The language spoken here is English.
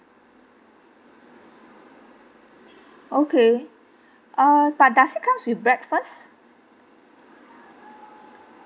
okay ah but does it comes with breakfast